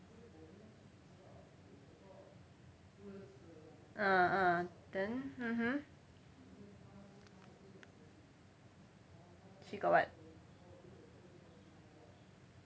ah ah then mmhmm she got what